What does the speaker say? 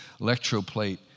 electroplate